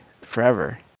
forever